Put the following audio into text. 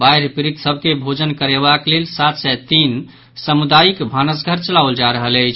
बाढ़ि पीड़ित सभ के भोजन करबाक लेल सात सय तीन सामुदायिक भानसघर चलाओल जा रहत अछि